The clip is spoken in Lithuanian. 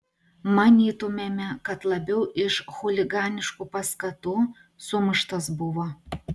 manytumėme kad labiau iš chuliganiškų paskatų sumuštas buvo